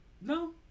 No